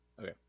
Okay